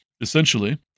Essentially